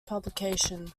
publication